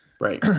Right